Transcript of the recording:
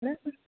બરાબર